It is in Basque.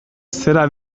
zera